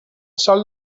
sol